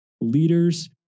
Leaders